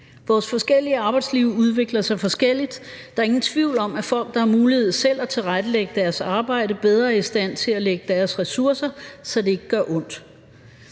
Vores forskellige arbejdsliv udvikler sig forskelligt. Der er ingen tvivl om, at folk, der har mulighed for selv at tilrettelægge deres arbejde, bedre er i stand til at lægge deres ressourcer, så det ikke gør ondt.